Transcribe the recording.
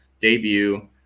debut